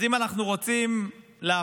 אז אם אנחנו רוצים להפסיק